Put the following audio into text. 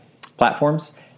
platforms